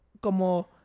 como